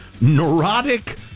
neurotic